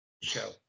show